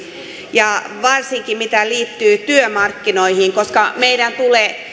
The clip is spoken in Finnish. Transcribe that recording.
ja varsinkin mitä tulee työmarkkinoihin meidän tulee